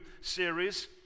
series